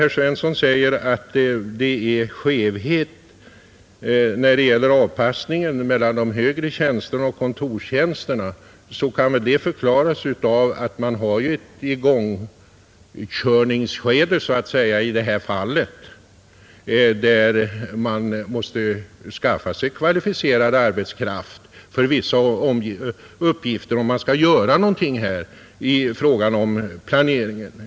Herr Svensson säger, att det finns en skevhet när det gäller avpassningen mellan de högre tjänsterna och kontorstjänsterna, men den kan väl förklaras av att man i igångsättningsskedet först måste skaffa sig kvalificerad arbetskraft för vissa uppgifter, om man skall kunna uträtta någonting i fråga om planeringen.